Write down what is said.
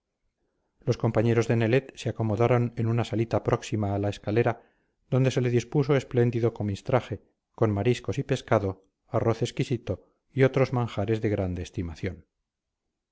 los compañeros de nelet se acomodaron en una salita próxima a la escalera donde se les dispuso espléndido comistraje con mariscos y pescado arroz exquisito y otros manjares de grande estimación